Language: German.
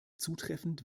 zutreffend